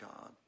God